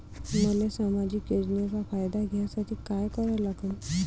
मले सामाजिक योजनेचा फायदा घ्यासाठी काय करा लागन?